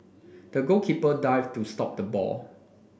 the goalkeeper dived to stop the ball